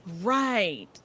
right